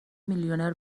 میلیونر